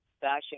Fashion